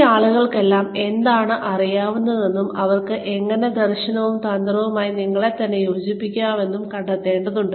ഈ ആളുകൾക്കെല്ലാം എന്താണ് അറിയാവുന്നതെന്നും അവർക്ക് എങ്ങനെ ദർശനവും തന്ത്രവുമായി തങ്ങളെത്തന്നെ യോജിപ്പിക്കാമെന്നും നമ്മൾ കണ്ടെത്തേണ്ടതുണ്ട്